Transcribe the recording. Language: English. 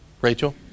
Rachel